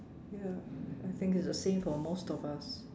ya I think it's the same for most of us